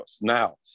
Now